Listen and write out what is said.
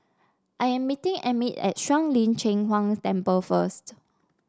I am meeting Emit at Shuang Lin Cheng Huang Temple first